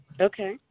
Okay